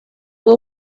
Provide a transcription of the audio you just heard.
will